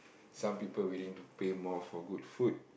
some people willing to pay more for good food